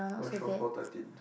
who throw four thirteen